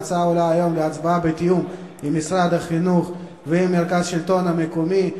ההצעה עולה היום להצבעה בתיאום עם משרד החינוך ועם מרכז השלטון המקומי.